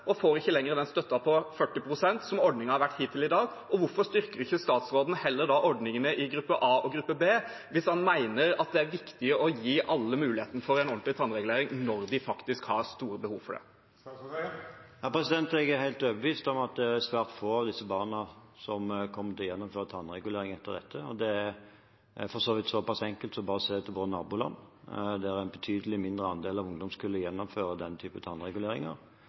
ikke lenger får støtten på 40 pst., slik ordningen har vært hittil? Hvorfor styrker ikke statsråden heller ordningene i gruppe A og gruppe B hvis han mener at det er viktig å gi alle muligheten til en ordentlig tannregulering når de har store behov for det? Jeg er helt overbevist om at det er svært få av disse barna som kommer til å gjennomføre tannregulering etter dette. Det er så enkelt at man bare kan se til våre naboland, der en betydelig mindre andel av ungdomskullene gjennomfører den typen tannregulering. Jeg tror heller ikke at skoletannlegene vil anbefale foreldrene å gjennomføre